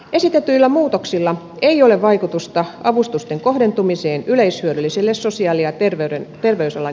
esitetyillä muutoksilla ei ole vaikutusta avustusten kohdentumiseen yleishyödyllisille sosiaali ja terveysalan järjestöille